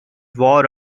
war